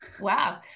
wow